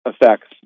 effects